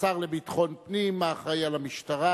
השר לביטחון פנים, האחראי למשטרה,